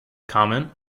comment